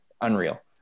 unreal